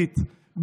עידית,